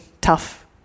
tough